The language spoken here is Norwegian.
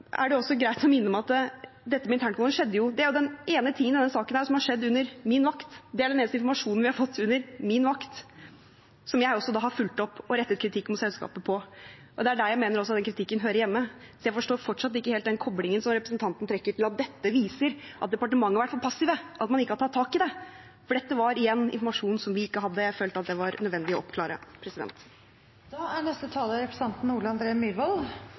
er det også greit å minne om at dette med internkontroll er den ene tingen i denne saken som har skjedd under min vakt. Det er den eneste informasjonen vi har fått under min vakt, som jeg også har fulgt opp og rettet kritikk mot selskapet for. Det er der jeg mener den kritikken også hører hjemme, så jeg forstår fortsatt ikke helt den koblingen som representanten trekker til at dette viser at departementet har vært for passiv, at man ikke har tatt tak i det, for dette var igjen informasjon som vi ikke hadde. Jeg følte at dette var nødvendig å oppklare. Da er neste taler representanten Ole André Myhrvold,